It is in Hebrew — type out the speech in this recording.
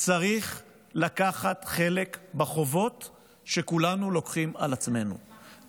צריך לקחת חלק בחובות שכולנו לוקחים על עצמנו,